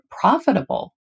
profitable